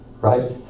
right